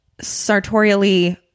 sartorially